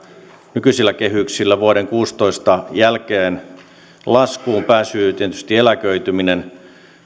nykyisillä kehyksillä vuoden kuusitoista jälkeen laskuun pääsyy on tietysti eläköityminen